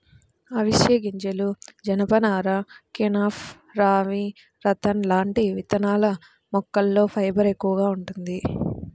అవిశె గింజలు, జనపనార, కెనాఫ్, రామీ, రతన్ లాంటి విత్తనాల మొక్కల్లో ఫైబర్ ఎక్కువగా వుంటది